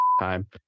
time